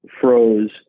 froze